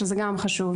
שגם זה חשוב.